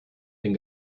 den